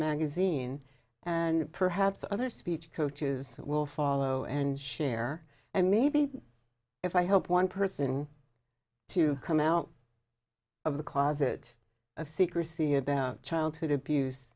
magazine and perhaps other speech coaches will follow and share and maybe if i help one person to come out of the closet of secrecy about childhood abuse